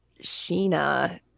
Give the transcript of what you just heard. Sheena